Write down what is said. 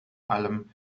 allem